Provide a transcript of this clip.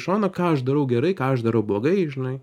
šono ką aš darau gerai ką aš darau blogai žinai